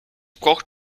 braucht